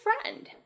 friend